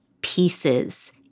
pieces